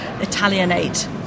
Italianate